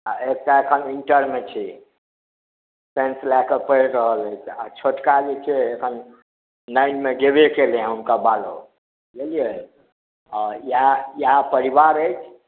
आ एकटा एखन इंटरमे छै साइंस लय कऽ पढ़ि रहल अछि आ छोटका जे छै एखन लाइनमे जेबे केलैया हन हुनकर बालक बुझलियै इएह परिवार अछि